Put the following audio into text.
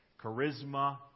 charisma